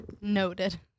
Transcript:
noted